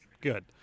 Good